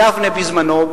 בזמנו,